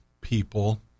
people